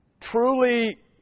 truly